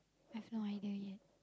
I've no idea yet